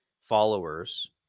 followers